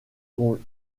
qu’on